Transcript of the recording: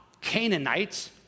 Canaanites